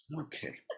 Okay